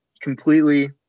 completely